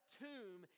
tomb